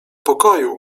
pokoju